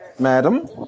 Madam